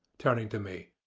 turning to me,